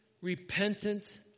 repentant